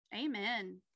Amen